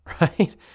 right